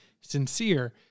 sincere